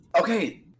Okay